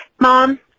Mom